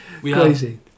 Crazy